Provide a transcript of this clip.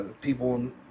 people